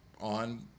on